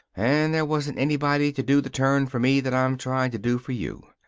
and there wasn't anybody to do the turn for me that i'm trying to do for you.